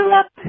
up